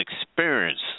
experience